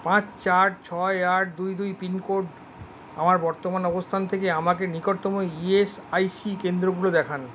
পাঁচ চার ছয় আট দুই দুই পিন কোড আমার বর্তমান অবস্থান থেকে আমাকে নিকটতম ইএসআইসি কেন্দ্রগুলো দেখান